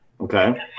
Okay